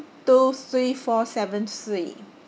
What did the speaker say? two three four seven C